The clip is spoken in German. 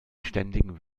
ständigen